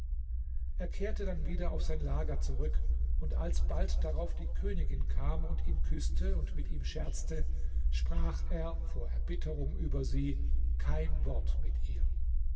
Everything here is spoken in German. kehrte dann wieder auf sein lager zurück und als bald darauf die königin kam und ihn küßte und mit ihm scherzte sprach er vor erbitterung über sie kein wort mit ihr